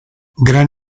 gran